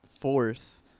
Force